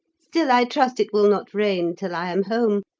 still i trust it will not rain till i am home,